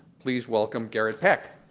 please welcome garrett peck.